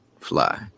fly